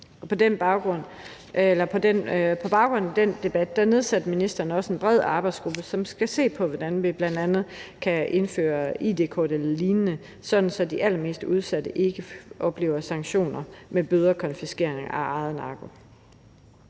på baggrund af den debat nedsatte ministeren en bred arbejdsgruppe, som skal se på, hvordan vi bl.a. kan indføre id-kort eller lignende, sådan at de allermest udsatte ikke oplever sanktioner med bøder og konfiskering af egen narko.